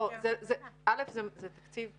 א', זה תקציב שונה.